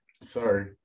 Sorry